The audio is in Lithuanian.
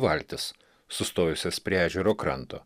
valtis sustojusias prie ežero kranto